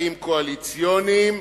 צרכים קואליציוניים.